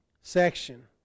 section